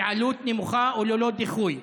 בעלות נמוכה וללא דיחוי.